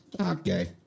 Okay